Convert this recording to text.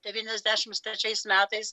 devyniasdešimt trečiais metais